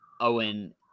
owen